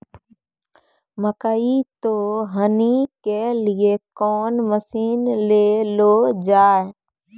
मकई तो हनी के लिए कौन मसीन ले लो जाए?